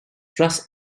truss